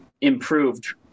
improved